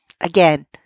again